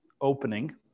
opening